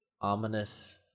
ominous